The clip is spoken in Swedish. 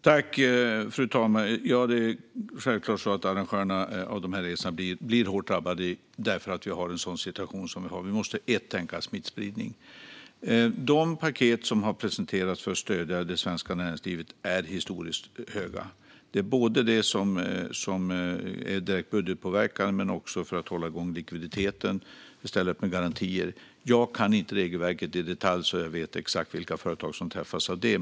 Fru talman! Självklart drabbas arrangörerna av de här resorna hårt, eftersom vi har en sådan situation som vi har. Det första vi måste tänka på är smittspridningen. De paket som har presenterats för att stödja det svenska näringslivet är historiskt stora. Det är direkt budgetpåverkande åtgärder men också åtgärder för att hålla igång likviditeten. Vi ställer till exempel upp med garantier. Jag kan inte regelverket i detalj och vet därför inte exakt vilka företag som träffas av det.